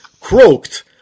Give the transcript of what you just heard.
croaked